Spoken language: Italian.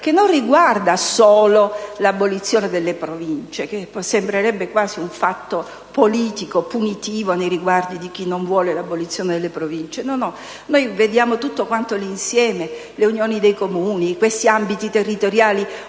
che non prevede solo l'abolizione delle Province, cosa che potrebbe sembrare quasi un fatto politico punitivo nei riguardi di chi non vuole l'abolizione delle Province. Noi consideriamo tutto l'insieme: le unioni dei Comuni, gli ambiti territoriali